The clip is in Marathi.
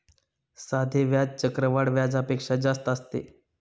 साधे व्याज चक्रवाढ व्याजापेक्षा स्वस्त असते